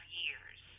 years